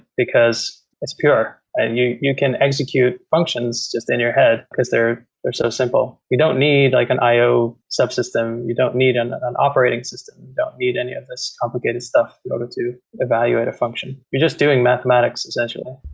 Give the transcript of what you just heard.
because it's pure and you you can execute functions just in your head, because they're they're so simple. you don't need like an io subsystem. you don't need an an operating system. you don't need any of these complicated stuff in order to evaluate a function. you're just doing mathematics essentially